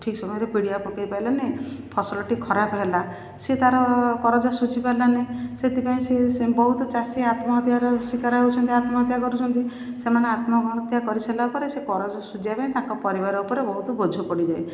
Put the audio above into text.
ଠିକ ସମୟରେ ପିଡ଼ିଆ ପକାଇ ପାରିଲାନି ଫସଲଟି ଖରାପ ହେଇଗଲା ସେ ତାର କରଜ ସୁଝିପାରିଲାନି ସେଥିପାଇଁ ସେ ବହୁତ ଚାଷୀ ଆତ୍ମହତ୍ୟାର ଶିକାର ହେଉଛନ୍ତି ଆତ୍ମହତ୍ୟା କରୁଛନ୍ତି ସେମାନେ ଆତ୍ମହତ୍ୟା କରିସାରିଲା ପରେ ସେ କରଜ ସୁଝିବା ପାଇଁ ତାଙ୍କ ପରିବାର ଉପରେ ବହୁତ ବୋଝ ପଡ଼ିଯାଏ